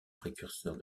précurseur